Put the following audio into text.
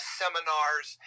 seminars